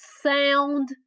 sound